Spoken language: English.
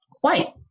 white